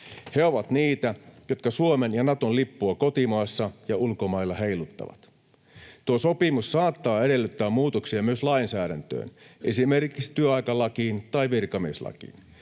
He ovat niitä, jotka Suomen ja Naton lippua kotimaassa ja ulkomailla heiluttavat. Tuo sopimus saattaa edellyttää muutoksia myös lainsäädäntöön, esimerkiksi työaikalakiin tai virkamieslakiin.